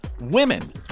women